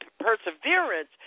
perseverance